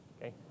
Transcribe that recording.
okay